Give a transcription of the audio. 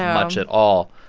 um much at all.